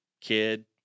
kid